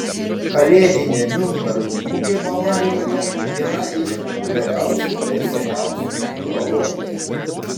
kalėdinė niurnbergo mugė bavarijoje viena iš populiariausių bei seniausių mugių europoje